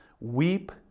weep